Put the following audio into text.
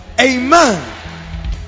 Amen